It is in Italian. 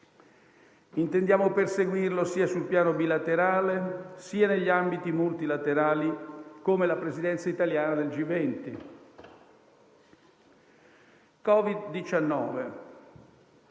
Intendiamo perseguirlo sia sul piano bilaterale sia negli ambiti multilaterali, come la Presidenza italiana del G20. Il